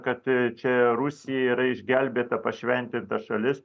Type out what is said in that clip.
kad čia rusija yra išgelbėta pašventinta šalis